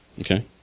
Okay